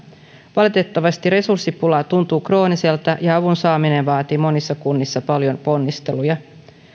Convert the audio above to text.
valitettavasti resurssipula tuntuu krooniselta ja avun saaminen vaatii monissa kunnissa paljon ponnisteluja